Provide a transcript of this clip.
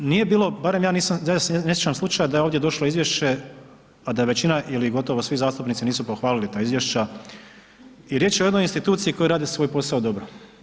Nije bilo, barem ja nisam, ja se ne sjećam slučaja da je ovdje došlo izvješće, a da većina ili gotovo svi zastupnici nisu pohvalili ta izvješća i riječ je o jednoj instituciji koja radi svoj posao dobro.